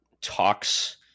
talks